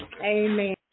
amen